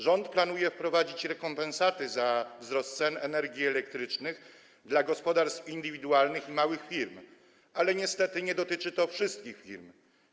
Rząd planuje wprowadzić rekompensaty za wzrost cen energii elektrycznej dla gospodarstw indywidualnych i małych firm, ale niestety nie dotyczy to wszystkich firm.